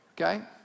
Okay